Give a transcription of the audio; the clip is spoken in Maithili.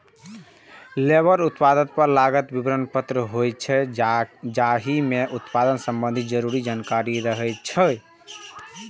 लेबल उत्पाद पर लागल विवरण पत्र होइ छै, जाहि मे उत्पाद संबंधी जरूरी जानकारी रहै छै